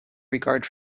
regard